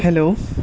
hello